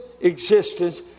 existence